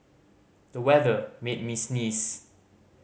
the weather made me sneeze